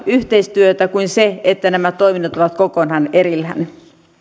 yhteistyötä kuin se että nämä toiminnot ovat kokonaan erillään